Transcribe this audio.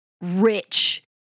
rich